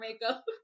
makeup